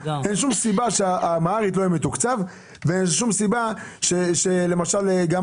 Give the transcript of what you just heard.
אין שום סיבה שלא יהיה תקצוב לתרגום לאמהרית וגם